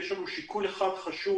יש לנו שיקול אחד חשוב,